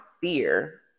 fear